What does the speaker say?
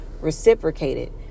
reciprocated